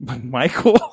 Michael